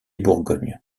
bourgogne